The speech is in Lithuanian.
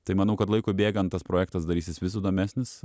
tai manau kad laikui bėgant tas projektas darysis vis įdomesnis